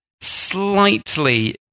slightly